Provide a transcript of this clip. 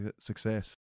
success